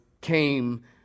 came